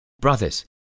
Brothers